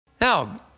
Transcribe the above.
Now